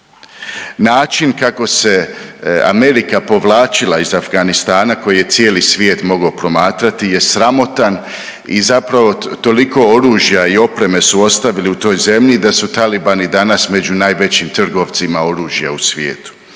Način kako se Amerika povlačila iz Afganistana koji je cijeli svijet mogao promatrati je sramotan i zapravo toliko oružja i opreme su ostavili u toj zemlji da su Talibani danas među najvećim trgovcima oružja u svijetu.